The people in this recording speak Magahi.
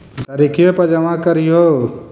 तरिखवे पर जमा करहिओ?